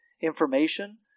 information